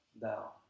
thou